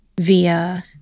via